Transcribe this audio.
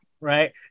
right